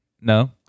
no